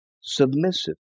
submissive